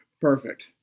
Perfect